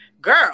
Girl